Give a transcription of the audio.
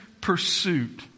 pursuit